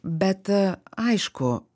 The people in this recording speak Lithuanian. bet aišku